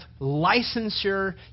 licensure